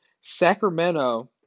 Sacramento